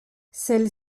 celle